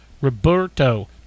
Roberto